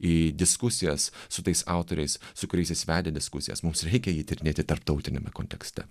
į diskusijas su tais autoriais su kuriais jis vedė diskusijas mums reikia jį tyrinėti tarptautiniame kontekste